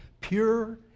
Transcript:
pure